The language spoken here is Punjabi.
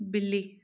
ਬਿੱਲੀ